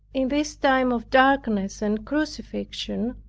in this time of darkness and crucifixion,